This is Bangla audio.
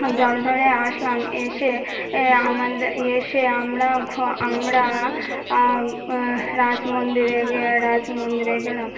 জল ধরে আসলাম এসে আমাদের এসে আমরা ঘো আমরা রাস মন্দিরে গে রাস মন্দিরে গেলাম